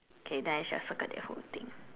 okay then I shall circle that whole thing